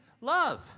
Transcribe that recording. love